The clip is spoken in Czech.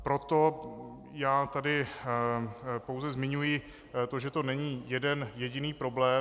Proto tady pouze zmiňuji, že to není jeden jediný problém.